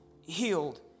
healed